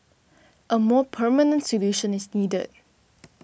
a more permanent solution is needed